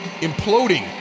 imploding